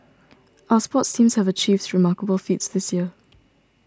our sports teams have achieved remarkable feats this year